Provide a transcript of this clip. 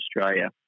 Australia